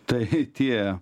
tai tie